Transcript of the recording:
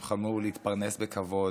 הם חלמו להתפרנס בכבוד,